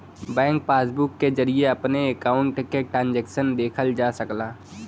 bank passbook के जरिये अपने अकाउंट क ट्रांजैक्शन देखल जा सकला